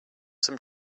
some